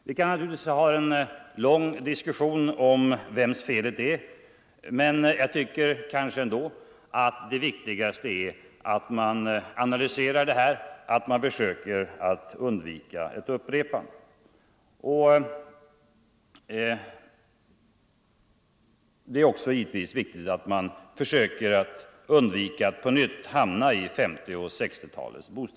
Vi kan naturligtvis föra en lång diskussion om vems felet är, men jag tycker att det viktigaste är att man analyserar problemen och försöker undvika ett upprepande.